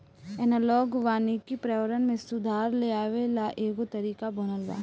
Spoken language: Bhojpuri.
एनालॉग वानिकी पर्यावरण में सुधार लेआवे ला एगो तरीका बनल बा